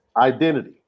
identity